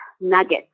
nuggets